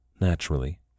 Naturally